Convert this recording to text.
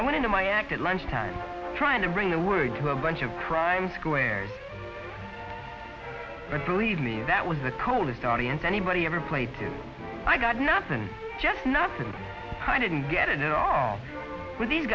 i went into my act at lunchtime trying to bring the word to a bunch of crime squares but believe me that was the coldest audience anybody ever played i got nothing just nothing i didn't get it all with these